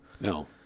No